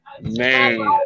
man